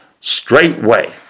straightway